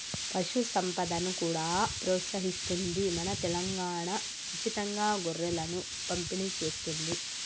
పశు సంపదను కూడా ప్రోత్సహిస్తుంది మన తెలంగాణా, ఉచితంగా గొర్రెలను పంపిణి చేస్తుంది